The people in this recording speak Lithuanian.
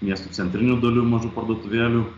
miestų centrinių dalių mažų parduotuvėlių